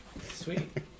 Sweet